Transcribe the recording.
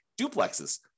duplexes